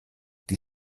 die